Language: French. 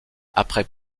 après